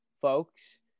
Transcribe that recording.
folks